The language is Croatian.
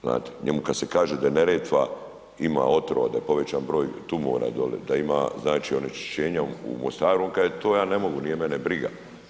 Znate, njemu kada se kaže da Neretva ima otrova, da je povećan broj tumora dolje, da ima znači onečišćenja u Mostaru on kaže to ja ne mogu, nije mene briga.